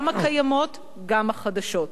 גם הקיימות וגם החדשות.